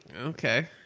okay